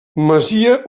masia